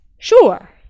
Sure